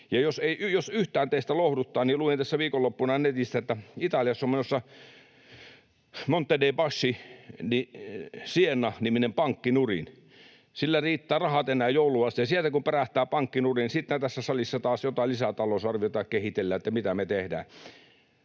jos yhtään teitä lohduttaa, niin luin tässä viikonloppuna netistä, että Italiassa on menossa Monte dei Paschi di Siena ‑niminen pankki nurin. Sillä riittävät rahat enää jouluun asti. Siellä kun pärähtää pankki nurin, niin sitten tässä salissa taas jotain lisätalousarviota kehitellään, että mitä me tehdään.